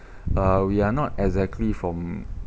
uh we are not exactly from